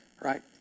right